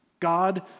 God